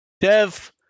Dev